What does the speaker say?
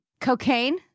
Cocaine